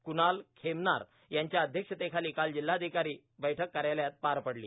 क्णाल खेमनार यांच्या अध्यक्षतेखाली काल जिल्हाधिकारी बैठक कायालयात पार पडली